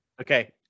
Okay